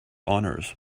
honors